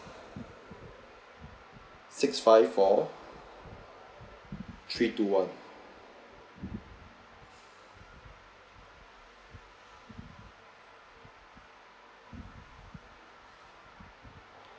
six five four three two one